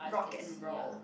rock and roll